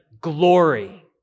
glory